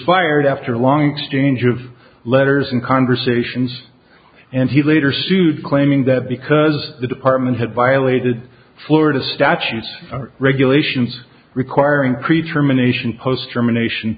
fired after a long exchange of letters and conversations and he later sued claiming that because the department had violated florida statute regulations requiring pre term a nation post germination